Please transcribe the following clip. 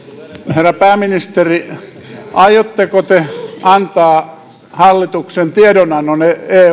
herra pääministeri aiotteko te antaa hallituksen tiedonannon